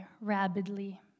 rapidly